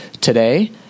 today